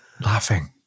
Laughing